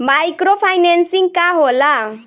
Micro financing का होला?